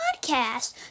podcast